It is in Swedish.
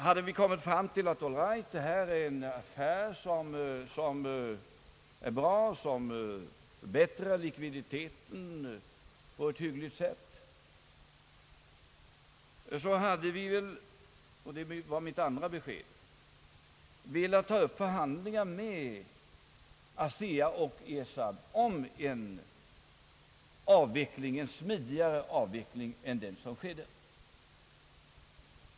Hade vi därvid konstaterat att detta var en bra affär, som skulle förbättra likviditeten på ett hyggligt sätt, hade vi väl — och det var mitt andra besked — varit villiga att ta upp förhandlingar med ASEA och ESAB om en smidigare avveckling än den som skedde.